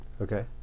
Okay